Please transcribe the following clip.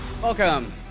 Welcome